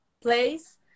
place